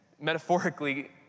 metaphorically